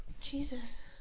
jesus